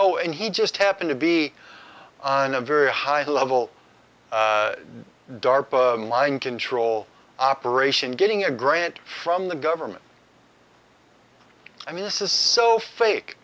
oh and he just happened to be on a very high level darpa line control operation getting a grant from the government i mean this is so fake